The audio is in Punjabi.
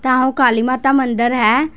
ਤਾਂ ਓਹ ਕਾਲੀ ਮਾਤਾ ਮੰਦਰ ਹੈ